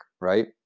right